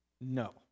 No